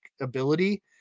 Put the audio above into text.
ability